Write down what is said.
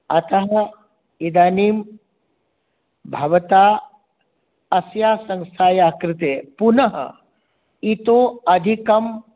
अतः इदानीं भवता अस्या संस्थाया कृते पुनः इतोपि अधिकम्